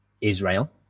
Israel